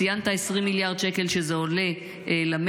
ציינת 20 מיליארד שקל שזה עולה למשק,